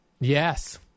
Yes